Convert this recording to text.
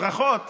ברכות.